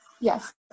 Yes